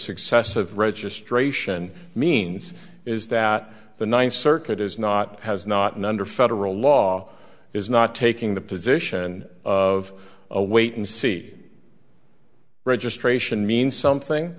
successive registration means is that the ninth circuit is not has not and under federal law is not taking the position of a wait and see registration means something